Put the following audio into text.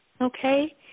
okay